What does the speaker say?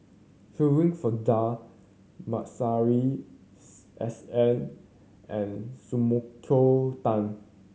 Shirin Fozdar Masuri S N and Sumiko Tan